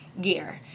gear